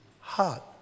heart